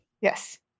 Yes